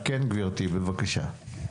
יסעור, בבקשה.